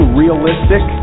realistic